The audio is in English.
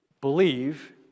believe